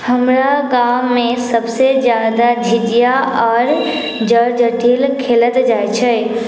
हमरा गाँवमे सबसँ ज्यादा झिझिया आओर जट जटिन खेलत जाइ छै